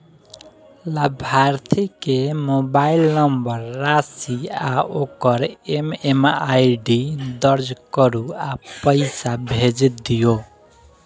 लाभार्थी के mobile number, राशि आ ओकर एम.एम.आई.डी दर्ज करू आ पैसा भेज दियौ